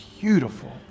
beautiful